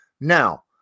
Now